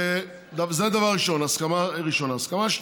זה דבר ראשון, הסכמה ראשונה.